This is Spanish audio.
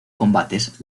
combates